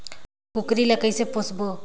कूकरी ला कइसे पोसबो?